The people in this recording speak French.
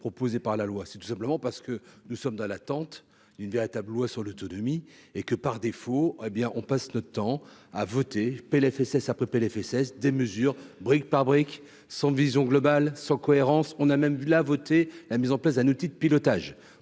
proposé par la loi, c'est tout simplement parce que nous sommes dans l'attente d'une véritable loi sur l'autonomie et que, par défaut, hé bien on passe notre temps à voter PLFSS après PLFSS des mesures, brique par brique, sans vision globale, sans cohérence, on a même vu la voter la mise en place d'un outil de pilotage